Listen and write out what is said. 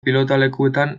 pilotalekuetan